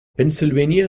pennsylvania